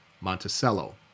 Monticello